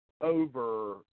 over –